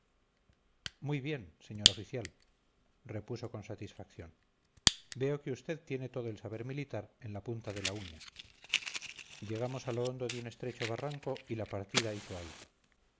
muy bien señor oficial repuso con satisfacción veo que usted tiene todo el saber militar en la punta de la uña llegamos a lo hondo de un estrecho barranco y la partida hizo alto